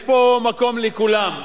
יש פה מקום לכולם,